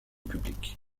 public